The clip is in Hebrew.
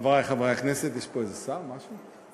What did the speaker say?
חברי חברי הכנסת, יש פה איזה שר, משהו?